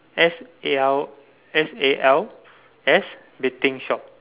S A L S A L S betting shop